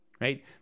right